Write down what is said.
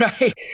right